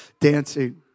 dancing